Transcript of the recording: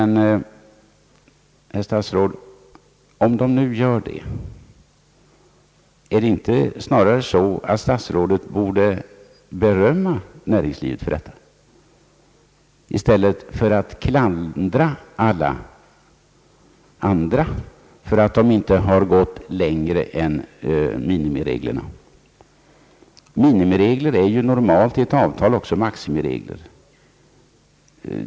Ja, borde inte statsrådet då snarare berömma näringslivet för detta än klandra andra för att de inte gått längre än minimireglerna anger? Minimiregler liksom maximiregler grundas ju normalt på avtal.